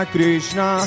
Krishna